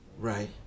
Right